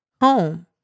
home